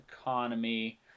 economy